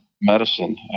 medicine